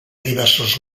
diversos